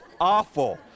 awful